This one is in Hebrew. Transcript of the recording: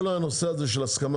כל הנושא הזה של הסכמה,